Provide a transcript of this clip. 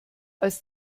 als